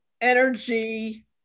energy